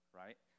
right